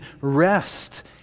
rest